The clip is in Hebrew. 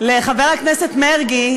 לחבר הכנסת מרגי,